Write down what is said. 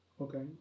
Okay